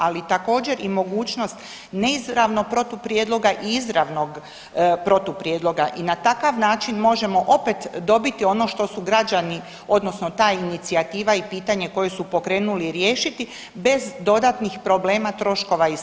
Ali također i mogućnost neizravnog protuprijedloga i izravnog protuprijedloga i na takav način možemo opet dobiti ono što su građani odnosno ta inicijativa i pitanje koje su pokrenuli riješiti bez dodatnih problema troškova i slično.